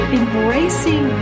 embracing